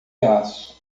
aço